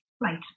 Right